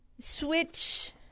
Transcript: switch